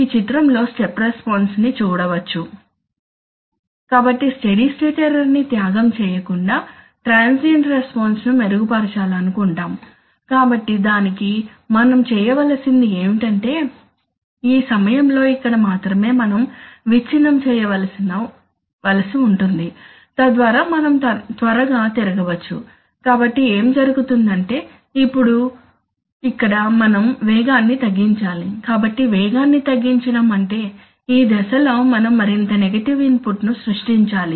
ఈ చిత్రం లో స్టెప్ రెస్పాన్స్ ని చూడవచ్చు కాబట్టి స్టడీ స్టేట్ ఎర్రర్ ని త్యాగం చేయకుండా ట్రాన్సియెంట్ రెస్పాన్స్ ను మెరుగుపరచాలనుకుంటాము కాబట్టి దానికి మనం చేయవలసింది ఏమిటంటే ఈ సమయంలో ఇక్కడ మాత్రమే మనం విచ్ఛిన్నం చేయవలసి ఉంటుంది తద్వారా మనం త్వరగా తిరగవచ్చు కాబట్టి ఏమి జరుగుతుంది అంటే ఇక్కడ ఇప్పుడు మనం వేగాన్ని తగ్గించాలి కాబట్టి వేగాన్ని తగ్గించడం అంటే ఈ దశలో మనం మరింత నెగటివ్ ఇన్పుట్ను సృష్టించాలి